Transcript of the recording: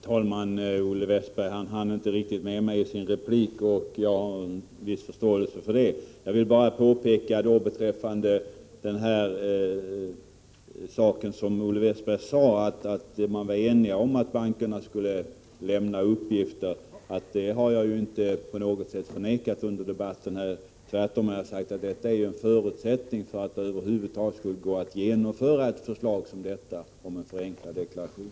Herr talman! Olle Westberg hann inte riktigt med mig i sin replik, och det har jag förståelse för, men jag vill ändå påpeka beträffande det han sade att man var enig om att bankerna skulle lämna uppgifter, att jag inte på något sätt förnekat detta under debatten. Tvärtom har jag sagt att detta är en förutsättning för att man över huvud taget skall kunna genomföra ett förslag som detta om förenklad deklaration.